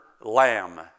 lamb